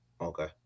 Okay